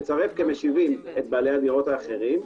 לצרף כמשיבים את בעלי הדירות האחרים,